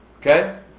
Okay